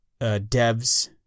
devs